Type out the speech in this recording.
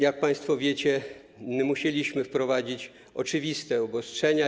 Jak państwo wiecie, musieliśmy wprowadzić oczywiste obostrzenia.